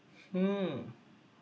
hmm